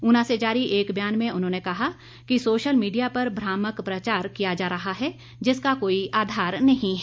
ऊना से जारी एक बयान में उन्होंने कहा है कि सोशल मीडिया पर भ्रामक प्रचार किया जा रहा है जिसका कोई आधार नहीं है